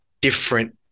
different